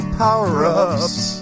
power-ups